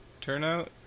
turnout